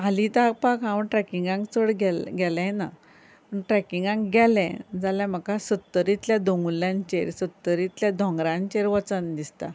हालीं तेपाक हांव ट्रेकींगाक चड गेल्ले गेलेंय ना पूण ट्रेकींगाक गेले जाल्यार म्हाका सत्तरींतल्यान दोंगुरल्यांचेर सत्तरींतल्या दोंगरांचेर वचन दिसता